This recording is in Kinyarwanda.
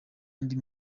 andi